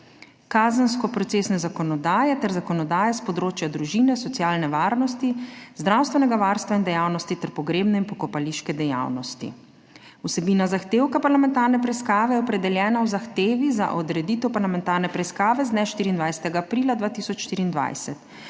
kazensko procesne zakonodaje ter zakonodaje s področja družine, socialne varnosti, zdravstvenega varstva in dejavnosti ter pogrebne in pokopališke dejavnosti. Vsebina zahtevka parlamentarne preiskave je opredeljena v zahtevi za odreditev parlamentarne preiskave z dne 24. aprila 2024.